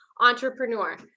entrepreneur